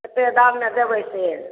कतेक दाममे देबै से